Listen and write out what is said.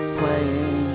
playing